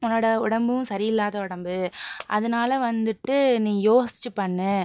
உன்னோட உடம்பும் சரியில்லாத உடம்பு அதனால வந்துட்டு நீ யோசிச்சி பண்ணு